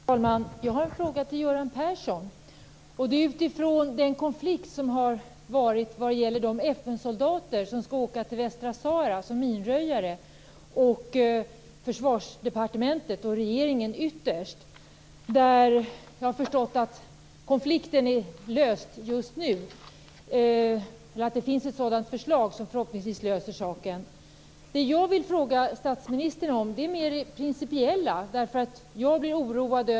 Herr talman! Jag har en fråga till Göran Persson. Det gäller den konflikt som har varit mellan de FN soldater som skall åka till Västsahara som minröjare och Försvarsdepartementet och regeringen ytterst. Jag har förstått att konflikten just har lösts eller att det finns ett förslag som förhoppningsvis löser saken. Jag vill fråga statsministern om det mer principiella.